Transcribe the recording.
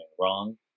wrong